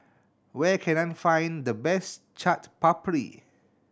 where can I find the best Chaat Papri